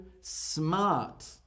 smart